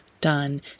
done